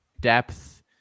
depth